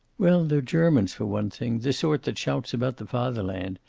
well, they're germans, for one thing, the sort that shouts about the fatherland.